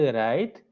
right